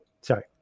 Sorry